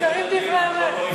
ניכרים דברי אמת.